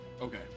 okay